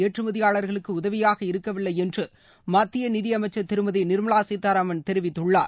ஏற்றுமதியாளர்களுக்க உதவியாக இருக்கவில்லை என்று மத்திய நிதியமைச்சர் திருமதி நிர்மலா சீதாராமன் தெரிவித்துள்ளார்